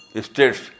states